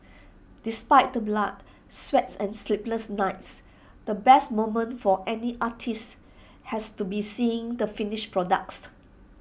despite the blood sweats and sleepless nights the best moment for any artist has to be seeing the finished product